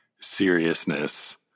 seriousness